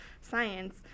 science